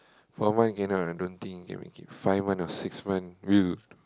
for mine cannot I don't think can make it five month or six month will